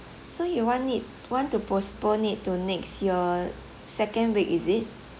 so you want it want to postpone it to next year second week is it